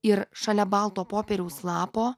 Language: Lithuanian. ir šalia balto popieriaus lapo